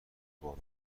بالن